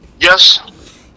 Yes